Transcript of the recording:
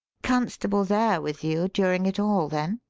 constable there with you during it all, then?